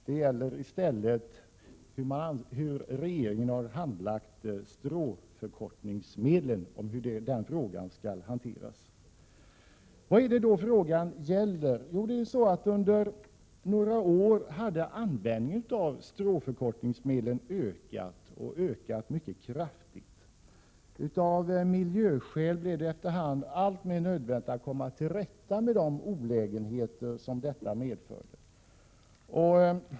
Det gäller i stället hur regeringen har handlagt frågan om stråförkortningsmedlen. Vad är det då frågan gäller? Jo, under några år hade användningen av stråförkortningsmedlen ökat mycket kraftigt. Av miljöskäl var det därför nödvändigt att komma till rätta med de olägenheter som detta medförde.